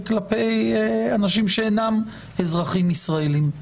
וכלפי אנשים שאינם אזרחים ישראלים,